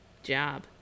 job